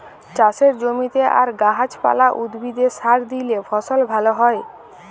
চাষের জমিতে আর গাহাচ পালা, উদ্ভিদে সার দিইলে ফসল ভাল হ্যয়